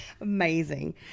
Amazing